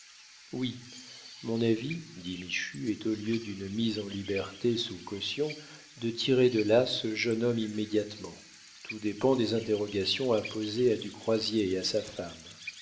oui mon avis dit michu est au lieu d'une mise en liberté sous caution de tirer de là ce jeune homme immédiatement tout dépend des interrogations à poser à du croisier et à sa femme